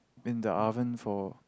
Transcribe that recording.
in the oven for